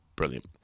Brilliant